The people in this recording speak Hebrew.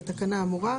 לתקנה האמורה.